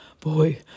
boy